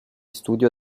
studio